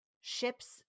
ships